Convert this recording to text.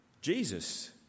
Jesus